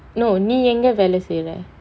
no நீ எங்க வேல செய்ற:nee enga vela seira